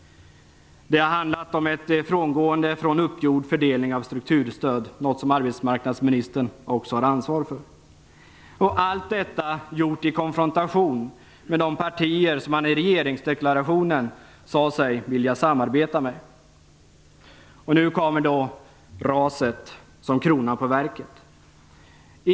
Det har handlat om ett frångående från uppgjord fördelning av strukturstöd, något som arbetsmarknadsministern också har ansvar för. Allt detta har gjorts i konfrontation med de partier som man i regeringsdeklarationen sade sig vilja samarbeta med. Nu kommer dessutom RAS:et som kronan på verket.